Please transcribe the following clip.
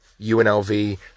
UNLV